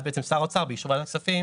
הקבוצה הרב-לאומית בוחרת מי מגיש את השומה,